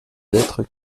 lettre